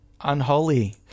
Unholy